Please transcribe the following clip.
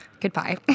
Goodbye